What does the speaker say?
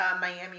Miami